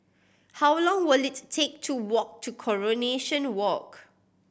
how long will it take to walk to Coronation Walk